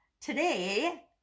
today